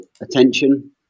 attention